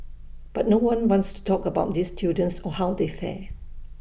but no one wants to talk about these students or how they fare